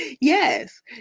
Yes